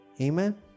Amen